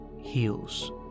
heals